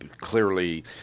clearly